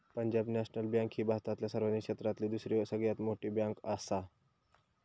Punjab National Bank ही भारतातल्या सार्वजनिक क्षेत्रातली दुसरी सगळ्यात मोठी बँकआसा